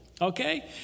Okay